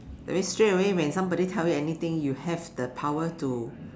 that means straight away when somebody tell you anything you have the power to